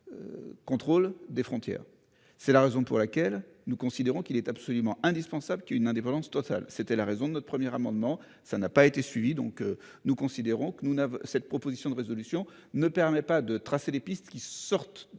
C'est la raison pour laquelle nous considérons qu'il est absolument indispensable qu'une indépendance totale, c'était la raison de notre premier amendement. Ça n'a pas été suivi. Donc nous considérons que nous n'avons cette proposition de résolution ne permet pas de tracer des pistes qui sortent